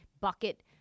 bucket